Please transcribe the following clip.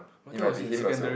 it might be him also